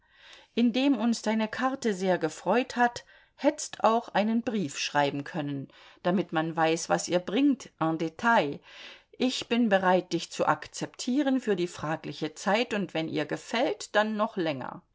indem uns deine karte sehr gefreut hat hätt'st auch einen brief schreiben können damit man weiß was ihr bringt en dtail ich bin bereit dich zu akzeptieren für die fragliche zeit und wenn ihr gefällt dann noch länger